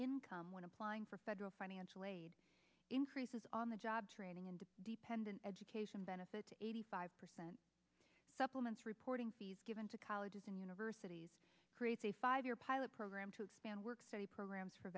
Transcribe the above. income when applying for federal financial aid increases on the job training and dependent education benefits eighty five percent supplements reporting fees given to colleges and universities creates a five year pilot program to expand work study programs for